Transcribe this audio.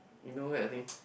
you know kind of thing